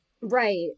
Right